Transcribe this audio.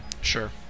Sure